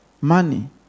Money